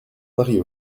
marie